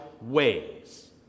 ways